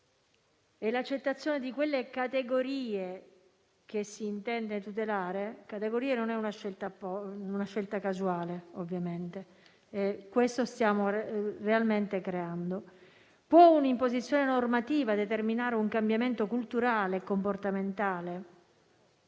e l'accettazione di quelle categorie che si intende tutelare? Il termine «categorie» non è una scelta casuale ovviamente, perché questo stiamo realmente creando. Può un'imposizione normativa determinare un cambiamento culturale e comportamentale?